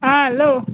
आं हॅलो